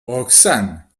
roxane